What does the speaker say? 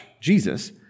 Jesus